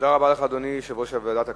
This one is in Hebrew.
תודה לך, אדוני יושב-ראש ועדת הכנסת,